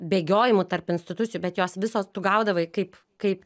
bėgiojimų tarp institucijų bet jos visos tu gaudavai kaip kaip